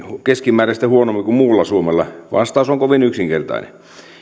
keskimääräistä huonommin kuin muulla suomella vastaus on kovin yksinkertainen